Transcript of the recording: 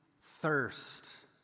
thirst